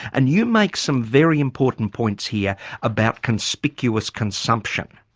and you make some very important points here about conspicuous consumption.